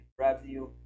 revenue